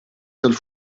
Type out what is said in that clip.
seule